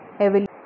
evolution